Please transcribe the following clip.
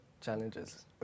Challenges